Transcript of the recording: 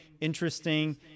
interesting